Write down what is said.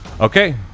Okay